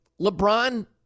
LeBron